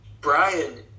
brian